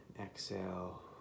Exhale